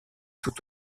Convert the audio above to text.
tout